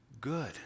good